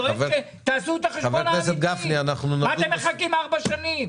תעשו את החשבון האמיתי, מה אתם מחכים ארבע שנים?